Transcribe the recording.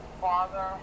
Father